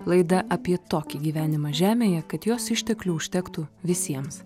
laida apie tokį gyvenimą žemėje kad jos išteklių užtektų visiems